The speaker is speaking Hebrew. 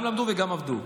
גם למדו וגם עבדו.